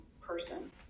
person